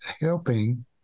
helping